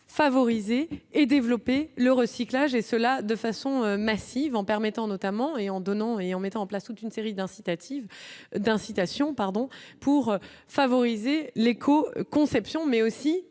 favoriser et développer le recyclage et cela de façon massive en permettant notamment et en donnant et en mettant en place toute une série d'incitative d'incitation pardon pour favoriser l'éco-conception, mais aussi